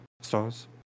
Stars